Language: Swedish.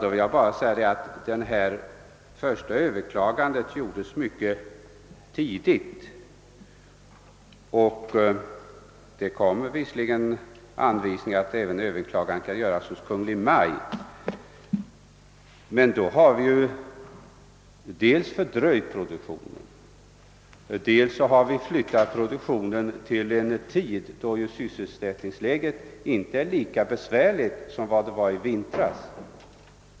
Det ger mig anledning nämna att det första överklagandet gjordes mycket tidigt. Det kom visserligen anvisningar om att överklagande kunde göras även hos Kungl. Maj:t, men därigenom hade man dels fördröjt produktionen, dels flyttat produktionen till en tid då sysselsättningsläget inte är lika besvärligt som det var i vintras.